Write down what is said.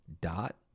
dot